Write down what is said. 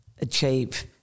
achieve